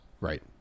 right